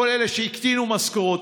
כל אלה שהקטינו משכורות.